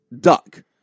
duck